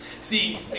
See